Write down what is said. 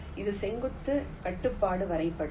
இது செங்குத்து கட்டுப்பாட்டு வரைபடம்